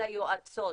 היועצות?